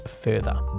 further